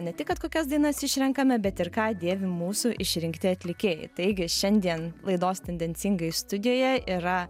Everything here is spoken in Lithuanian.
ne tik kad kokias dainas išrenkame bet ir ką dėvi mūsų išrinkti atlikėjai taigi šiandien laidos tendencingai studijoje yra